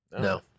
No